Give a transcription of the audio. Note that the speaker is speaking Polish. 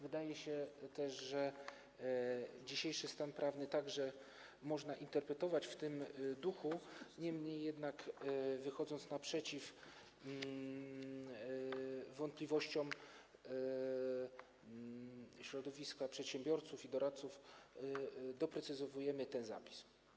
Wydaje się też, że dzisiejszy stan prawny także można interpretować w tym duchu, niemniej jednak wychodząc naprzeciw wątpliwościom środowiska przedsiębiorców i doradców, doprecyzowujemy ten zapis.